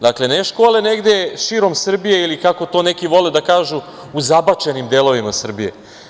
Dakle, ne škole negde širom Srbije ili kako to neki vole da kažu – u zabačenim delovima Srbije.